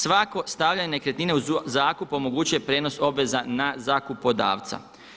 Svako stavljanje nekretnine uz zakup omogućuje prijenos obveza na zakupodavca.